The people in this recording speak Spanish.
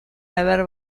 haber